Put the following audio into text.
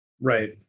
Right